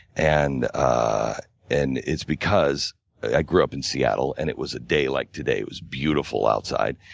and ah and it's because i grew up in seattle, and it was a day like today. it was beautiful outside.